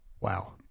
wow